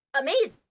amazing